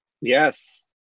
Yes